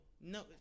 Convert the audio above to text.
No